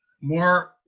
more